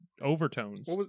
overtones